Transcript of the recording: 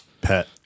Pet